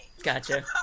Gotcha